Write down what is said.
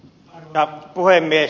arvoisa puhemies